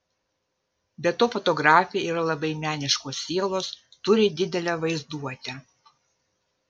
be to fotografė yra labai meniškos sielos turi didelę vaizduotę